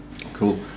Cool